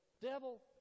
Devil